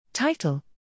Title